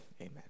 amen